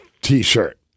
t-shirt